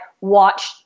watch